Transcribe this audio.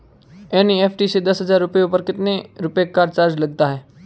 NEFT से दस हजार रुपयों पर कितने रुपए का चार्ज लगता है?